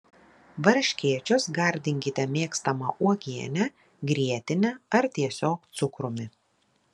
varškėčius gardinkite mėgstama uogiene grietine ar tiesiog cukrumi